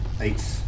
Eight